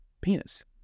Penis